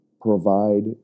provide